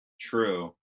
true